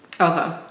Okay